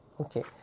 okay